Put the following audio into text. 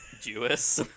Jewish